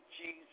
Jesus